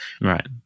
Right